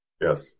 Yes